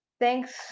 thanks